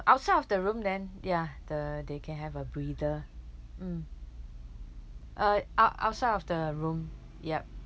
outside of the room then ya the they can have a breather mm uh ou~ outside of the room yup